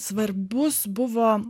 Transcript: svarbus buvo